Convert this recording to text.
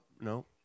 no